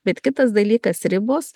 bet kitas dalykas ribos